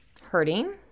hurting